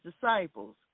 disciples